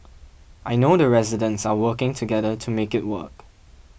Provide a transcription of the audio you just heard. I know the residents are working together to make it work